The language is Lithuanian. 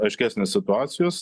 aiškesnės situacijos